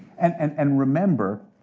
and and and remember,